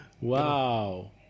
Wow